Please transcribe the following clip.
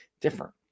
different